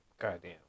Goddamn